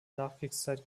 nachkriegszeit